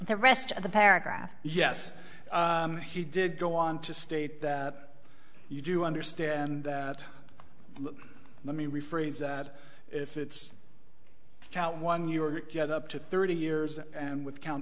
the rest of the paragraph yes he did go on to state that you do understand that let me rephrase that if it's count one your get up to thirty years and with count